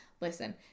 Listen